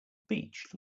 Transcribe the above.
beach